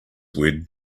word